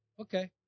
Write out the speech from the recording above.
Okay